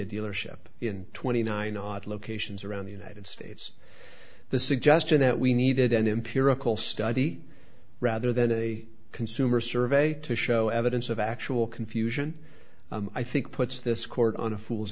a dealership in twenty nine dollars odd locations around the united states the suggestion that we needed an empirical study rather than a consumer survey to show evidence of actual confusion i think puts this court on a fool's